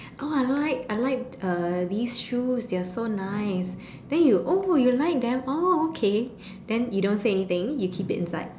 oh I like I like uh these shoes they're so nice then you oh you like them oh okay then you don't say anything you keep it inside